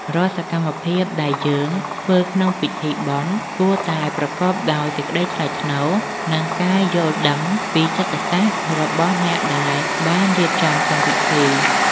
រាល់សកម្មភាពដែលយើងធ្វើក្នុងពិធីបុណ្យគួរតែប្រកបដោយសេចក្តីថ្លៃថ្នូរ និងការយល់ដឹងពីចិត្តសាស្ត្ររបស់អ្នកដែលបានរៀបចំកម្មវិធី។